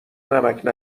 نمکـ